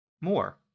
more